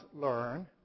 learn